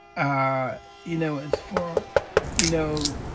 ah you know, it's for you know,